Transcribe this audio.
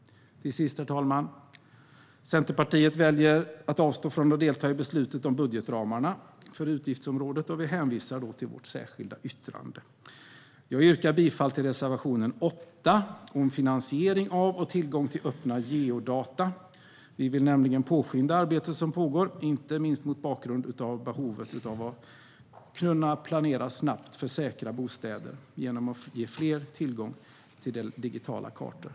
Till sist, herr talman, väljer vi i Centerpartiet att avstå från att delta i beslutet om budgetramarna för utgiftsområdet och hänvisar till vårt särskilda yttrande. Jag yrkar bifall till reservation 8 om finansiering av och tillgång till öppna geodata. Vi vill nämligen påskynda arbetet som pågår, inte minst mot bakgrund av behovet att kunna planera snabbt för säkra bostäder genom att ge fler tillgång till digitala kartor.